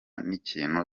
n’ikintu